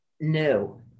No